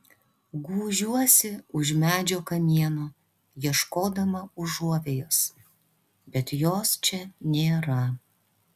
gūžiuosi už medžio kamieno ieškodama užuovėjos bet jos čia nėra